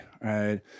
right